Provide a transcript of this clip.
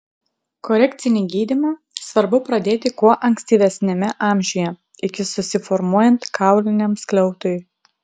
korekcinį gydymą svarbu pradėti kuo ankstyvesniame amžiuje iki susiformuojant kauliniam skliautui